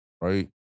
right